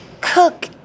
cook